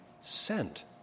sent